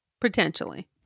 Potentially